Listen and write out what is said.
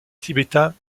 tibétain